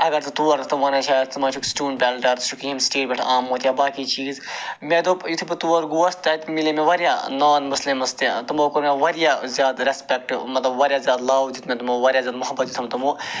اگر ژٕ تور گَژھَکھ تِم شاید ژٕ ما چھُکھ سٹون پٮ۪لٹَر ژٕ چھُکھ ییٚمہِ سٹی پٮ۪ٹھ آمُت یا باقی چیٖز مےٚ دوٚپ یُتھُے بہٕ تور گوس تتہِ مِلے مےٚ واریاہ نان مُسلِمز تہِ تِمو کوٚر مےٚ واریاہ زیادٕ ریسپٮ۪کٹ مَطلَب واریاہ زیادٕ لَو دیُت مےٚ تِمو واریاہ زیادٕ محبت دیُتہَم تِمو